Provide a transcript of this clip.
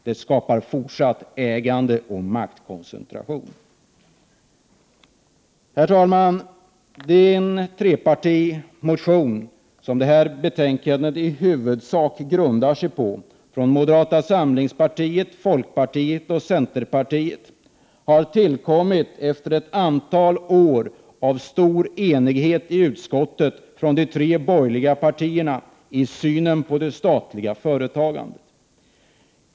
Det skapar fortsatt ägandeoch maktkoncentration. Herr talman! Den trepartimotion från moderata samlingspartiet, folkpartiet och centerpartiet som detta betänkande i huvudsak grundar sig på har tillkommit efter ett antal år av stor enighet i utskottet mellan de tre borgerliga partierna i synen på det statliga företagandet.